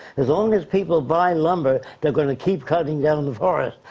as long as people buy lumber, they gonna keep cutting down the forest.